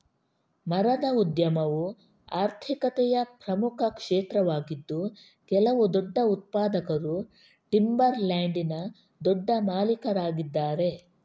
ಮರದ ಉದ್ಯಮವು ಆರ್ಥಿಕತೆಯ ಪ್ರಮುಖ ಕ್ಷೇತ್ರವಾಗಿದ್ದು ಕೆಲವು ದೊಡ್ಡ ಉತ್ಪಾದಕರು ಟಿಂಬರ್ ಲ್ಯಾಂಡಿನ ದೊಡ್ಡ ಮಾಲೀಕರಾಗಿದ್ದಾರೆ